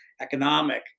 economic